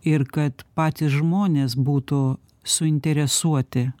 ir kad patys žmonės būtų suinteresuoti